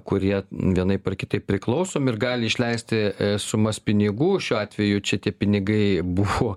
kurie vienaip ar kitaip priklausomi ir gali išleisti sumas pinigų šiuo atveju čia tie pinigai buvo